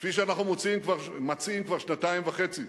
כפי שאנחנו מציעים כבר שנתיים וחצי.